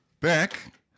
back